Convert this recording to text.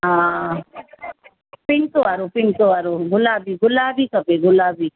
हा पिंक वारो पिंक वारो गुलाबी गुलाबी खपे गुलाबी